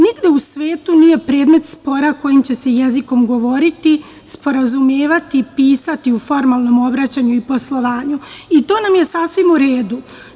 Nigde u svetu nije predmet spora kojim će se jezikom govoriti, sporazumevati, pisati u formalnom obraćanju i poslovanju i to nam je sasvim uredu.